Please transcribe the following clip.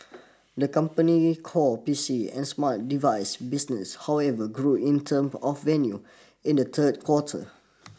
the company's core P C and smart device business however grew in term of revenue in the third quarter